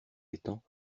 etangs